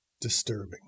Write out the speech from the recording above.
disturbing